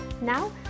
Now